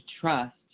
trust